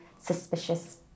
suspicious